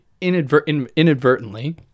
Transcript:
inadvertently